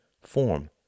form